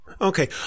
Okay